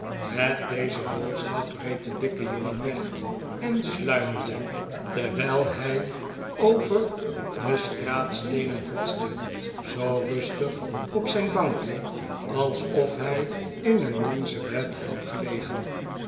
met deze boodschap reed de dikke jongen weg en sluimerde terwijl hij over de straatsteenen hotste zoo rustig op zijn bankje alsof hij in een donzen bed had gelegen